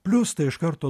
plius tai iš karto